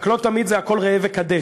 רק לא תמיד זה הכול "ראה וקדש".